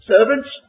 Servants